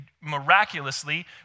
miraculously